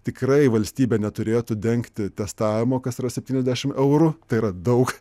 tikrai valstybė neturėtų dengti testavimo kas yra septyniasdešimt eurų tai yra daug